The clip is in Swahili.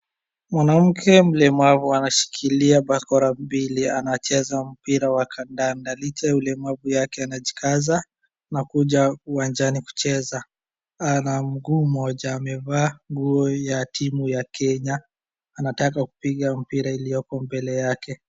mwanamke mlemavu anashikilia bakora mbili anacheza mpira wa kandanda licha ya ulemavu wake anajikaza na kuja uwanjani kucheza ana mguu mmoja amevaa nguo ya timu ya kenya anataka kupiga mpira iliyoko mbele yake